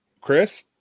Chris